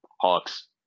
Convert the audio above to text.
Hawks